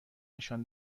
نشان